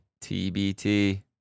TBT